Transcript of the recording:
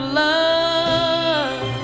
love